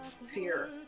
fear